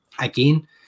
again